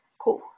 cool